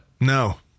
No